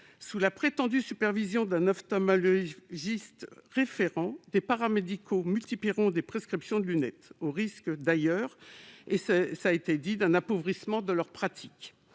sous la prétendue supervision d'un ophtalmologiste référent, des paramédicaux multiplieront les prescriptions de lunettes, au risque d'ailleurs d'un appauvrissement de leur pratique.